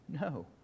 No